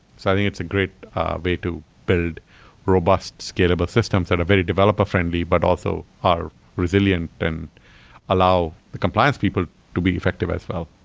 so i think it's a great way to build robust, scalable systems that are very developer friendly, but also are resilient and allow the compliance people to be effective as well.